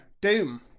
doom